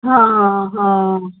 हा हा